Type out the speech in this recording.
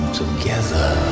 together